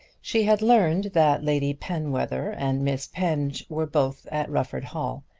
she had learned that lady penwether and miss penge were both at rufford hall,